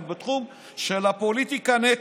הן בתחום של הפוליטיקה נטו.